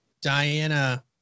Diana